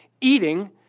Eating